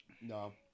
No